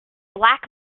black